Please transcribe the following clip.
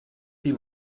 die